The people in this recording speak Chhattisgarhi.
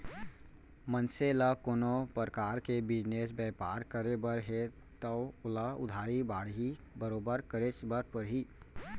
मनसे ल कोनो परकार के बिजनेस बयपार करे बर हे तव ओला उधारी बाड़ही बरोबर करेच बर परही